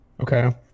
Okay